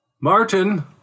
Martin